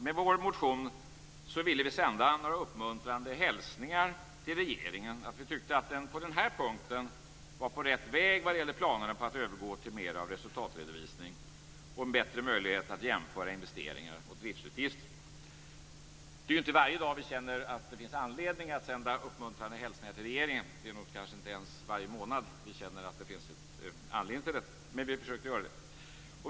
Med vår motion ville vi sända några uppmuntrande hälsningar till regeringen att vi tyckte att man på den här punkten var på rätt väg när det gällde planerna att övergå till mer av resultatredovisning och att skapa bättre möjligheter att jämföra investeringar och driftsutgifter. Det är ju inte varje dag vi känner att det finns anledning att sända uppmuntrande hälsningar till regeringen. Det är nog inte ens varje månad vi känner att det finns anledning till detta. Men vi försökte göra det.